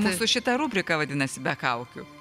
mūsų šita rubrika vadinasi be kaukių